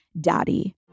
daddy